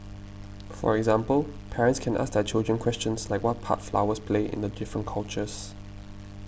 for example parents can ask their children questions like what part flowers play in the different cultures